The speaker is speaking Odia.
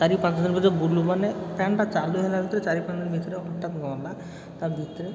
ଚାରି ପାଞ୍ଚଦିନ ଭିତରେ ବୁଲୁ ମାନେ ଫ୍ୟାନ୍ଟା ଚାଲୁ ହେଲା ଭିତରେ ଚାରି ପାଞ୍ଚଦିନ ଭିତରେ ହଠାତ୍ କ'ଣ ହେଲା ତା' ଭିତରେ